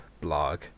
blog